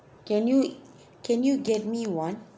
can you can you get me one